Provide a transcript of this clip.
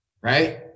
right